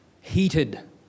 heated